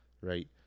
right